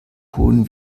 hohen